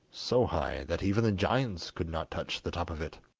so high that even the giants could not touch the top of it.